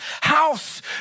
house